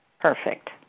Perfect